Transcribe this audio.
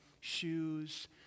shoes